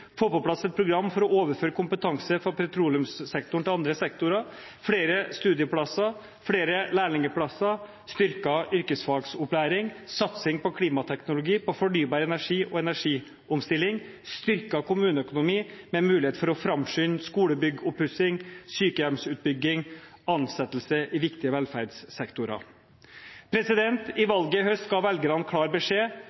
få på plass et program for å overføre kompetanse fra petroleumssektoren til andre sektorer, flere studieplasser, flere lærlingplasser, styrket yrkesfagopplæring, satsing på klimateknologi, på fornybar energi og energiomstilling og styrket kommuneøkonomi med mulighet for å framskynde skolebyggoppussing, sykehjemsutbygging og ansettelser i viktige velferdssektorer. I valget i høst ga velgerne klar beskjed: